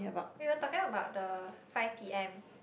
we were talking about the five P_M